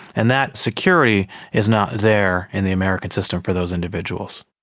and that security is not there in the american system for those individuals.